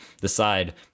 decide